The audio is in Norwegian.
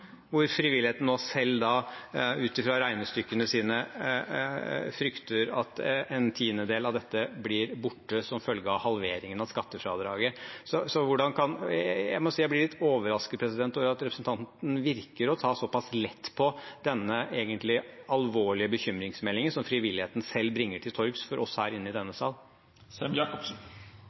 frivilligheten selv frykter – ut ifra regnestykkene sine – at en tiendedel av dette blir borte som følge av halveringen av skattefradraget. Jeg må si jeg blir litt overrasket over at representanten Sem-Jacobsen virker å ta såpass lett på denne egentlig alvorlige bekymringsmeldingen som frivilligheten selv bringer til torgs for oss her i denne